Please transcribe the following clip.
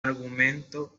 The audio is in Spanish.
argumento